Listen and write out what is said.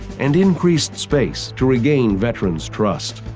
and increased space to regain veterans' trust.